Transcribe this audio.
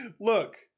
look